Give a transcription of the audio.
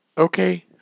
Okay